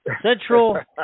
Central